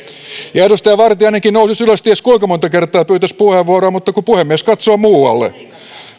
edustaja vartiainenkin nousisi ylös ties kuinka monta kertaa ja pyytäisi puheenvuoroa mutta puhemies katsoisi muualle